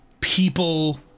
people